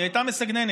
היא הייתה מסגננת.